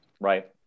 Right